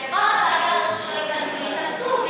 מה הדאגה הזו שלא ייכנסו?